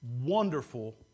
wonderful